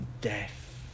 death